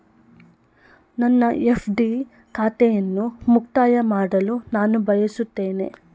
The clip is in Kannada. ನನ್ನ ಎಫ್.ಡಿ ಖಾತೆಯನ್ನು ಮುಕ್ತಾಯ ಮಾಡಲು ನಾನು ಬಯಸುತ್ತೇನೆ